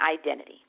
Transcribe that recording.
identity